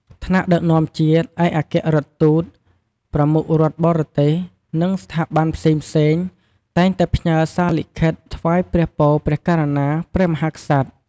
ថ្នាក់ដឹកនាំជាតិ ឯកអគ្គរដ្ឋទូត ប្រមុខរដ្ឋបរទេស និងស្ថាប័នផ្សេងៗ តែងតែផ្ញើសារលិខិតថ្វាយព្រះពរព្រះករុណាព្រះមហាក្សត្រ។